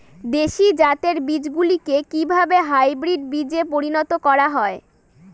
দেশি জাতের বীজগুলিকে কিভাবে হাইব্রিড বীজে পরিণত করা হয়?